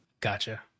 Gotcha